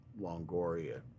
Longoria